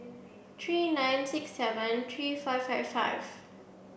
three nine six seven three five five five